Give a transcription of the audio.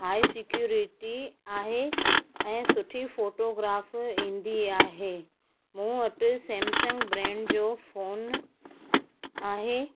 high security आहे ऐं सुठी फोटोग्राफ ईंदी आहे मूं वटि सैमसंग ब्रैंड जो फोन आहे